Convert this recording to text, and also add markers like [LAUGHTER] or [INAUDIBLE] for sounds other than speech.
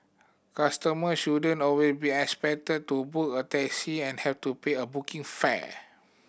customer shouldn't always be expected to book a taxi and have to pay a booking [UNINTELLIGIBLE]